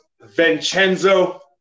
Vincenzo